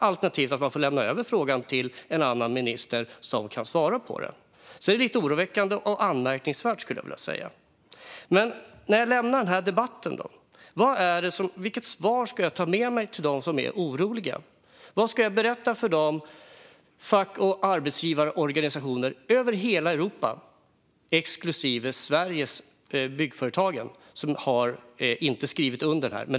Alternativet är att man lämnar över frågan till en annan minister, som kan svara på den. Det är alltså lite oroväckande och anmärkningsvärt, skulle jag vilja säga. Men jag lämnar den debatten. Vilket svar ska jag ta med mig till dem som är oroliga? Vad ska jag berätta för fack och arbetsgivarorganisationer över hela Europa? Det gäller alla utom svenska Byggföretagen, som inte har skrivit under det uttalande jag refererade till tidigare.